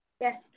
Yes